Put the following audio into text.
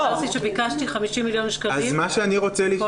אמרתי שביקשתי 50 מיליון שקלים כל שנה.